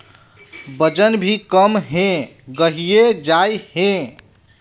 वजन भी कम है गहिये जाय है?